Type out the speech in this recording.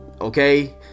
okay